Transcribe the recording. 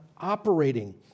operating